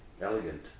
Elegant